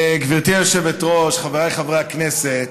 גברתי היושבת-ראש, חבריי חברי הכנסת,